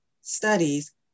studies